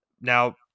Now